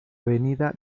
avenida